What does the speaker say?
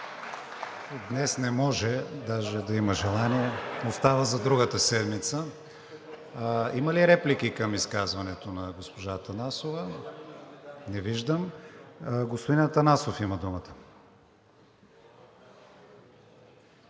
Днес не може. Даже да има желание, остава за другата седмица. Има ли реплики към изказването на госпожа Атанасова? Не виждам. Господин Атанасов има думата.